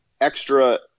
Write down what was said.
extra